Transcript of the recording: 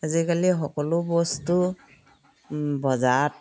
আজিকালি সকলো বস্তু বজাৰত